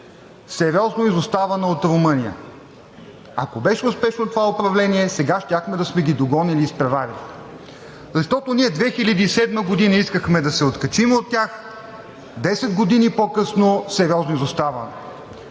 сериозно изоставане от Румъния. Ако беше успешно това управление, сега щяхме да сме ги догонили и изпреварили. Защото ние 2007 г. искахме да се откачим от тях, 10 години по-късно сериозно изоставаме.